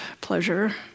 pleasure